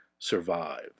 survive